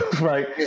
Right